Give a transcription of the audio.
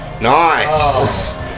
Nice